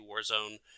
Warzone